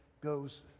goes